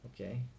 Okay